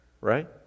right